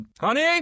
honey